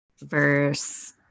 verse